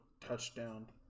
touchdown